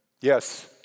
Yes